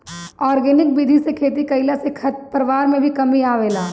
organic विधि से खेती कईला से खरपतवार में भी कमी आवेला